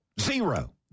Zero